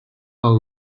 del